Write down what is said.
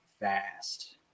fast